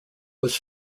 was